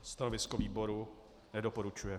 Stanovisko výboru: Nedoporučuje.